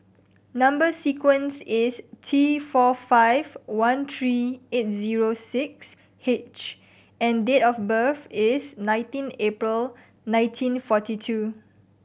number sequence is T four five one three eight zero six H and date of birth is nineteen April nineteen forty two